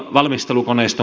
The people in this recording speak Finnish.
herra puhemies